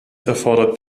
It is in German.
erfordert